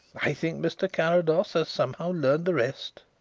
i think mr. carrados has somehow learned the rest.